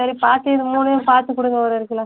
சரி பார்த்து இந்த மூணையும் பார்த்து கொடுங்க ஒரு ஒரு கிலோ